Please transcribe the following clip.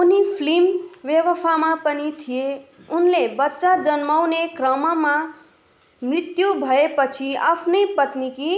उनी फ्लिम बेवाफामा पनि थिए उनले बच्चा जन्माउने क्रममा मृत्यु भएपछि आफ्नी पत्नीकी